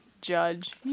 judge